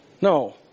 No